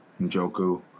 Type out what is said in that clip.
Njoku